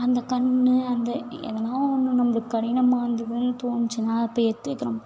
அந்த கண்ணு அந்த எதுனா ஒன்று நம்மளுக்கு கடினமாக இருந்துதுன்னு தோணுச்சின்னா அப்போ எடுத்து வைக்கிறோம்